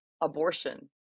abortion